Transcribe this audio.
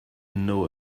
know